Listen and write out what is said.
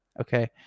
Okay